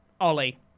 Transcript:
Ollie